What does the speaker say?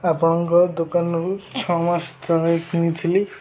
ଆପଣଙ୍କ ଦୋକାନରୁ ଛଅ ମାସ ତଳେ କିଣିଥିଲି